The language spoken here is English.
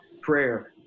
prayer